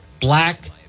black